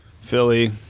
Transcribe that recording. Philly